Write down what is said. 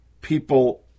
people